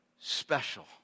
special